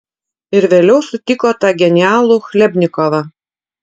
ir vėliau sutiko tą genialų chlebnikovą